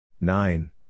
nine